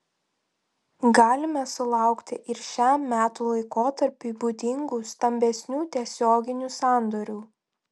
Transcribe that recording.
galime sulaukti ir šiam metų laikotarpiui būdingų stambesnių tiesioginių sandorių